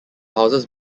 houses